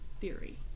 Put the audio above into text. theory